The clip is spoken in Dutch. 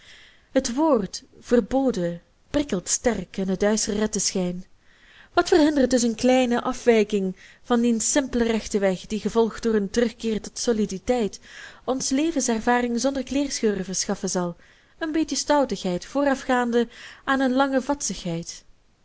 het woord verboden prikkelt sterk en het duister redt den schijn wat verhindert dus een kleine afwijking van dien simpelen rechten weg die gevolgd door een terugkeer tot soliditeit ons levenservaring zonder kleerscheuren verschaffen zal een beetje stoutigheid voorafgaande aan een lange vadsigheid